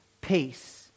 peace